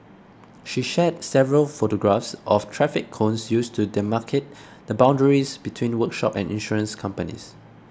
she shared several photographs of traffic cones used to demarcate the boundaries between workshop and insurance companies